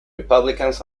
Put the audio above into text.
republicans